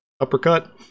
Uppercut